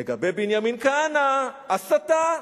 לגבי בנימין כהנא, הסתה.